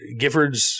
Giffords